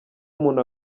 umuntu